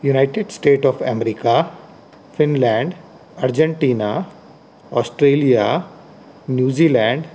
United States of America Finland Argentina Australia New Zealand